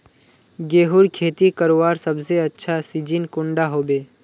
गेहूँर खेती करवार सबसे अच्छा सिजिन कुंडा होबे?